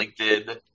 LinkedIn